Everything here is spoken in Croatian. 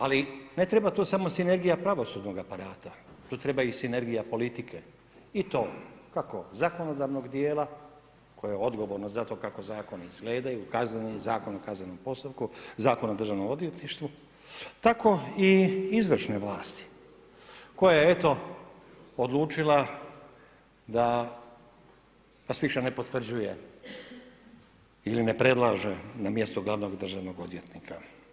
Ali ne treba tu samo sinergija pravosudnog aparata, tu treba i sinergija politike i to kako zakonodavnog djela koje je odgovorno za to kako zakoni izgledaju, kaznenom zakonu, kaznenom postupku, Zakon o državnom odvjetništvu, tako i izvršne vlasti, koja je eto odlučila da vas više ne potvrđuje ili ne predlaže na mjesto glavnog državnog odvjetnika.